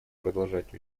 продолжать